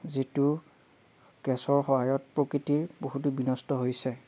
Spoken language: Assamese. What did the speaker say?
যিটো গেছৰ সহায়ত প্ৰকৃতিৰ বহুতো বিনষ্ট হৈছে